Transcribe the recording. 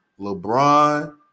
LeBron